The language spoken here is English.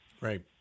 Right